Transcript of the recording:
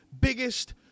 biggest